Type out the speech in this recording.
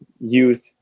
youth